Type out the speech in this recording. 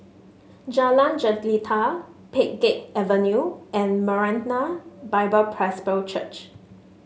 Jalan Jelita Pheng Geck Avenue and Maranatha Bible Presby Church